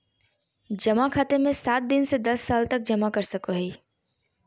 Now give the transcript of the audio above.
जमा खाते मे सात दिन से दस साल तक जमा कर सको हइ